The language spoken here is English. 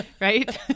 Right